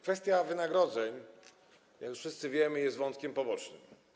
Kwestia wynagrodzeń, jak już wszyscy wiemy, jest wątkiem pobocznym.